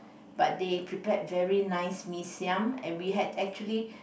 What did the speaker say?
but they prepared very nice mee-siam and we had actually